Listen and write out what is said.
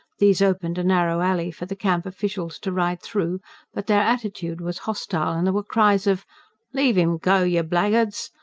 these opened a narrow alley for the camp officials to ride through, but their attitude was hostile, and there were cries of leave im go, yer blackguards.